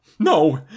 No